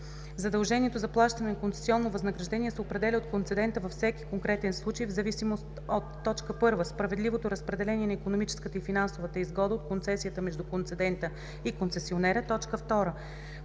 Задължението за плащане на концесионно възнаграждение се определя от концедента във всеки конкретен случай в зависимост от: 1. справедливото разпределение на икономическата и финансовата изгода от концесията между концедента и концесионера;